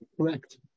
correct